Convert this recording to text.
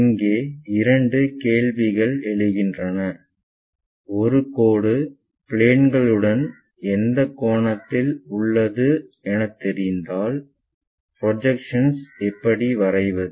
இங்கே இரண்டு கேள்விகள் எழுகின்றன ஒரு கோடு பிளேன்ங்களுடன் எந்த கோணத்தில் உள்ளது எனத் தெரிந்தால் ப்ரொஜெக்ஷன் எப்படி வரைவது